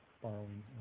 borrowing